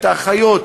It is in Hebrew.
את האחיות,